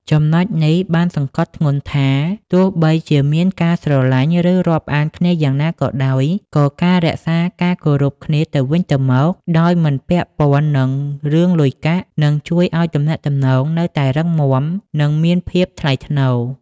ចំណុចនេះបានសង្កត់ធ្ងន់ថា ទោះបីជាមានការស្រឡាញ់ ឬរាប់អានគ្នាយ៉ាងណាក៏ដោយ ក៏ការរក្សាការគោរពគ្នាទៅវិញទៅមកដោយមិនពាក់ព័ន្ធនឹងរឿងលុយកាក់ គឺជួយឲ្យទំនាក់ទំនងនៅតែរឹងមាំ និងមានភាពថ្លៃថ្នូរ។